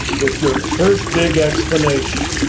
with your first big explanation.